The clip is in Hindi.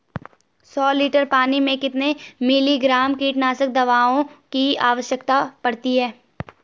सौ लीटर पानी में कितने मिलीग्राम कीटनाशक दवाओं की आवश्यकता पड़ती है?